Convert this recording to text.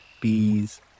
bees